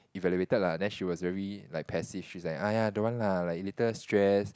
evaluated lah she was very like passive she's like !aiya! don't want lah later stress